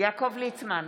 יעקב ליצמן,